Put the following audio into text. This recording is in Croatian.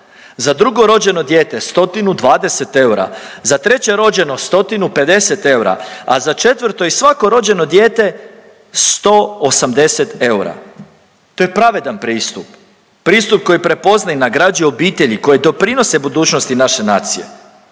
za drugo rođeno dijete 120 eura, za treće rođeno 150 eura, a za četvrto i svako rođeno dijete 180 eura. To je pravedan pristup, pristup koji prepoznaje i nagrađuje obitelji, koji doprinose budućnosti naše nacije.